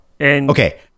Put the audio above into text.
Okay